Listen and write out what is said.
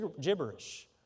gibberish